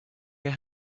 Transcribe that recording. your